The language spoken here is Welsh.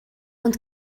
ond